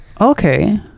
Okay